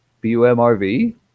B-U-M-R-V